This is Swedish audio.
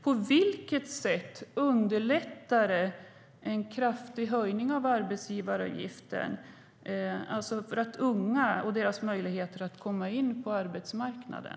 På vilket sätt underlättar en kraftig höjning av arbetsgivaravgiften för unga och deras möjligheter att komma in på arbetsmarknaden?